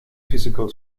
physical